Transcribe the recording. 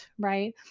right